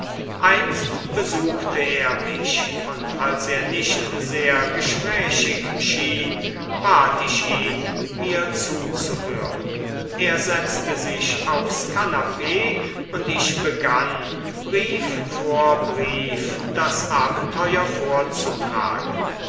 einst besuchte er mich und als er nicht sehr gesprächig schien bat ich ihn mir zuzuhören er setzte sich aufs kanapee und ich begann brief vor brief das abenteuer vorzutragen